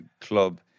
club